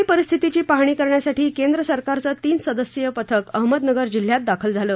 या परिस्थितीची पाहणी करण्यासाठी केंद्र सरकारचं तीन सदस्यीय पथक अहमदनगर जिल्ह्यात दाखल झालं